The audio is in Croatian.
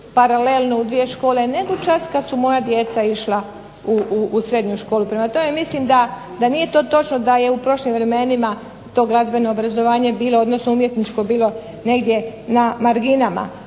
paralelno u dvije škole, nego …/Govornica se ne razumije./… kad su moja djeca išla u srednju školu. Prema tome mislim da nije to točno da je u prošlim vremenima to glazbeno obrazovanje bilo, odnosno umjetničko bilo negdje na marginama.